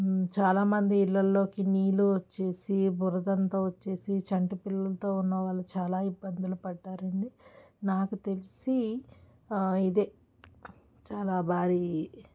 చాలామంది ఇళ్లల్లోకి నీళ్లు వచ్చేసి బురదంత వచ్చేసి చంటి పిల్లలతో ఉన్న వాళ్ళు చాలా ఇబ్బందులు పడ్డారండి నాకు తెలిసి ఇదే చాలా భారీ